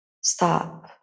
stop